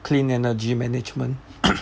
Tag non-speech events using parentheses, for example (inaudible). clean energy management (coughs)